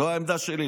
זו העמדה שלי.